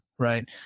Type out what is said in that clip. right